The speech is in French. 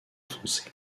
foncé